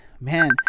man